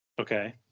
Okay